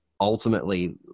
Ultimately